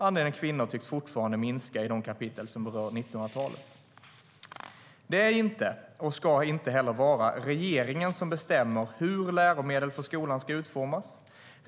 Andelen kvinnor tycks fortfarande minska i de kapitel som berör 1900-talet. Det är inte och ska inte heller vara regeringen som bestämmer hur läromedel för skolan ska utformas.